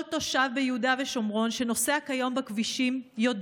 כל תושב ביהודה ושומרון שנוסע כיום בכבישים יודע